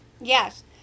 Yes